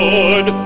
Lord